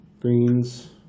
greens